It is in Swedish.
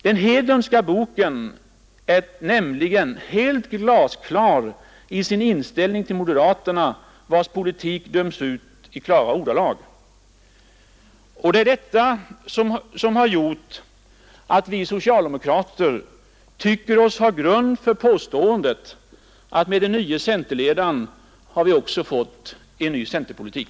Den Hedlundska boken är nämligen glasklar i sin inställning till moderaterna, vilkas politik döms ut i otvetydiga ordalag. Det är detta som har gjort att vi socialdemokrater tycker oss ha grund för påståendet att vi med den nye centerpartiledaren också har fått en ny centerpolitik!